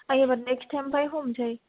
आं एबार next time निफ्राय हमसै